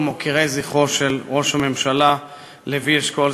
ומוקירי זכרו של ראש הממשלה לוי אשכול,